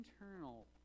internal